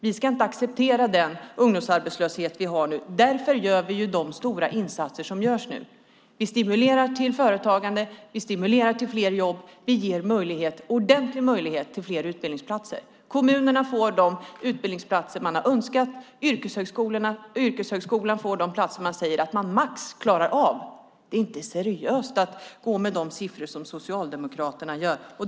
Vi ska inte acceptera den ungdomsarbetslöshet vi nu har. Därför gör vi nu stora insatser. Vi stimulerar till företagande och fler jobb, och vi ger ordentliga möjligheter till fler utbildningsplatser. Kommunerna får önskade utbildningsplatser, och yrkeshögskolan får det antal platser som man säger att man maximalt klarar av. Det är inte seriöst att köra med de siffror som Socialdemokraterna kör med.